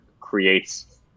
creates